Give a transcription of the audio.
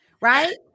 right